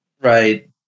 right